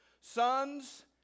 Sons